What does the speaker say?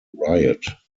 riot